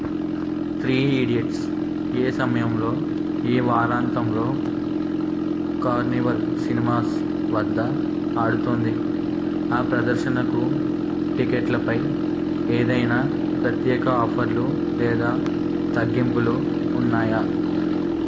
three idiots ఏ సమయంలో ఈ వారాంతంలో కార్నివల్ సినిమాస్ వద్ద ఆడుతోంది ఆ ప్రదర్శనకు టికెట్లపై ఏదైనా ప్రత్యేక ఆఫర్లు లేదా తగ్గింపులు ఉన్నాయా